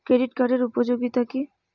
Credit কার্ডের উপযোগিতা কি?